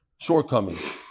shortcomings